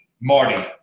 Marty